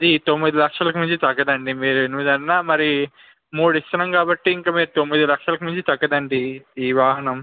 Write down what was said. ఇది తొమ్మిది లక్షలకు మించి తగ్గదండి మీరు ఎనిమిదైనా మరి మూడు ఇస్తున్నాము కాబట్టి ఇంకా మీరు తొమ్మిది లక్షలకు మించి తగ్గదండి ఈ వాహనం